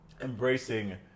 Embracing